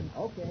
Okay